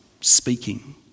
speaking